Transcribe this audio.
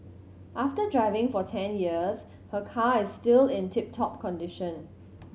after driving for ten years her car is still in tip top condition